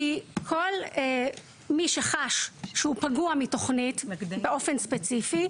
כי כל מי שחש שהוא פגוע מתוכנית באופן ספציפי,